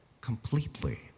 completely